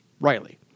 Riley